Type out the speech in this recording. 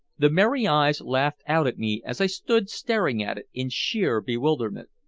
the merry eyes laughed out at me as i stood staring at it in sheer bewilderment.